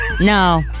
No